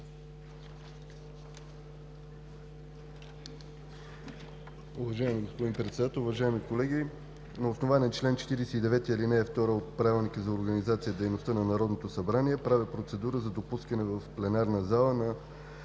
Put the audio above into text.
Уважаеми господин Председател, уважаеми колеги! На основание чл. 49, ал. 2 от Правилника за организацията и дейността на Народното събрание правя процедура за допускане в пленарната зала на